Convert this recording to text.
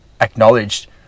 acknowledged